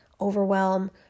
overwhelm